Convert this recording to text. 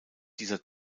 dieser